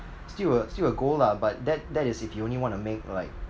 still a still a go lah but that that is if you only wanna make like